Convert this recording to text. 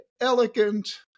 elegant